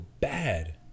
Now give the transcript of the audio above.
bad